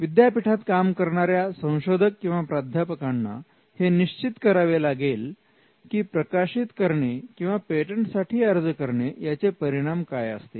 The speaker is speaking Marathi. िद्यापीठात काम करणार्या संशोधक किंवा प्राध्यापकांना हे निश्चित करावे लागेल की प्रकाशित करणे किंवा पेटंटसाठी अर्ज करणे याचे परिणाम काय असतील